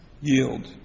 yield